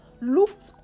looked